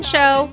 Show